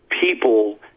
people